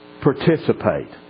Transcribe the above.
participate